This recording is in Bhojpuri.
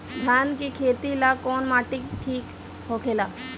धान के खेती ला कौन माटी ठीक होखेला?